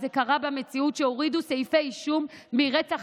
וזה קרה במציאות שהורידו סעיפי אישום מרצח